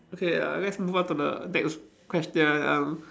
okay uh let's move on to the next question um